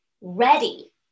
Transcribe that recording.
ready